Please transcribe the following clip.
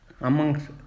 amongst